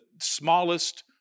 smallest